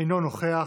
אינו נוכח.